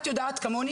את יודעת כמוני,